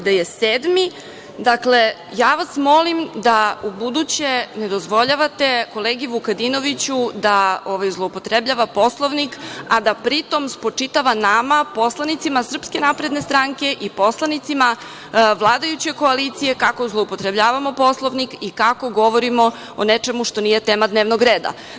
Dakle, molim vas da ubuduće ne dozvoljavate kolegi Vukadinoviću da zloupotrebljava Poslovnik, a da pri tome spočitava nama poslanicima SNS i poslanicima vladajuće koalicije kako zloupotrebljavamo Poslovnik i kako govorimo o nečemu što nije tema dnevnog reda.